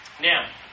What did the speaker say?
Now